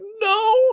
No